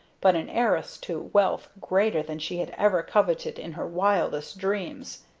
but an heiress to wealth greater than she had ever coveted in her wildest dreams.